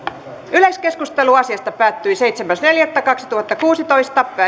yleiskeskustelu asiasta päättyi seitsemäs neljättä kaksituhattakuusitoista